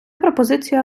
пропозиція